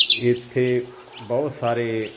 ਇੱਥੇ ਬਹੁਤ ਸਾਰੇ